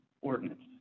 ordinance